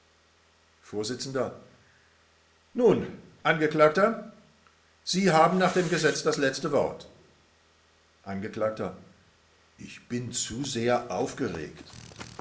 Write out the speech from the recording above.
vors nun angeklagter sie haben nach dem gesetz das letzte wort angekl ich bin zu sehr aufgeregt